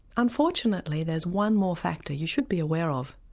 unfortunately there's one more factor you should be aware of.